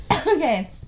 Okay